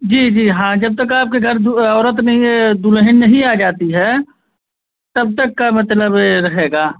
जी जी हाँ जब तक आपके घर औरत नहीं दुल्हन नहीं आ जाती है तब तक का मतलब ए रहेगा